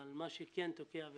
אבל מה שכן תוקע,